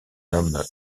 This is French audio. nomme